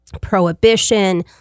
Prohibition